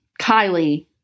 Kylie